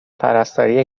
پرستاری